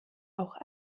auch